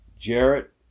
Jarrett